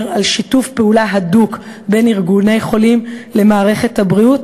על שיתוף פעולה הדוק בין ארגוני חולים למערכת הבריאות,